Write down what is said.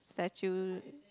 statue